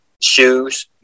shoes